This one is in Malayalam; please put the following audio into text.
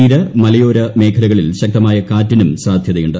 തീര മലയോര മേഖലകളിൽ ശക്തമായ കാറ്റിനും സാധ്യതയുണ്ട്